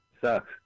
sucks